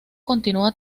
continua